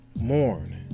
mourn